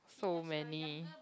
so many